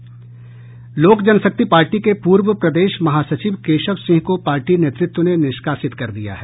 लोक जनशक्ति पार्टी के पूर्व प्रदेश महासचिव केशव सिंह को पार्टी नेतृत्व ने निष्कासित कर दिया है